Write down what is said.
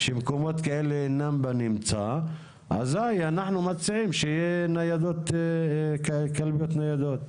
שמקומות כאלה אינם בנמצא אזי אנחנו מציעים שיהיה קלפיות ניידות.